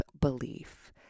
belief